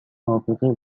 نابغه